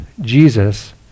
Jesus